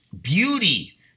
beauty